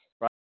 right